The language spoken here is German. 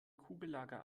kugellager